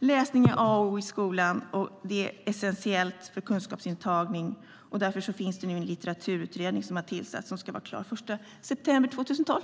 Läsning är A och O i skolan och essentiellt för kunskapsintagning. Därför har det nu tillsatts en litteraturutredning som ska vara klar den 1 september 2012.